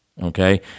okay